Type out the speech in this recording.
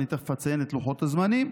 אני תכף אציין את לוחות הזמנים,